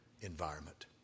environment